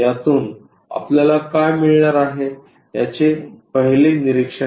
यातून आपल्याला काय मिळणार याचे हे पहिले निरीक्षण आहे